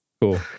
Cool